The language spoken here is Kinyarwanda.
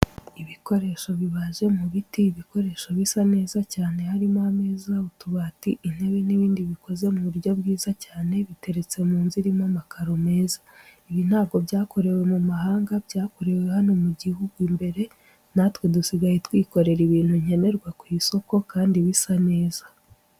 Ibikoresho bibaje mu biti, ibikoresho bisa neza cyane harimo ameza, utubati, intebe n'ibindi bikoze mu buryo bwiza cyane biteretse mu nzu irimo amakaro meza. Ibi ntabwo byakorewe mu mahanga, byakorewe hano mu gihugu imbere natwe dusigaye twikorera ibintu nkenerwa ku isoko kandi bisa neza.